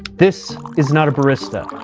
this is not a barista.